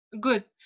Good